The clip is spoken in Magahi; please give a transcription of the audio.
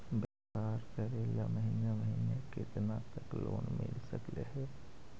व्यापार करेल महिने महिने केतना तक लोन मिल सकले हे?